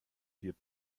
wird